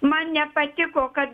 man nepatiko kad